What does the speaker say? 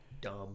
dumb